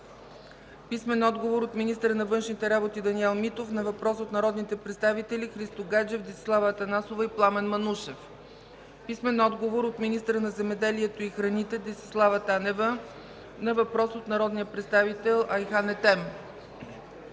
Тошев; - министъра на външните работи Даниел Митов на въпрос от народните представители Христо Гаджев, Десислава Атанасова и Пламен Манушев; - министъра на земеделието и храните Десислава Танева на въпрос от народния представител Айхан Етем;